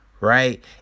right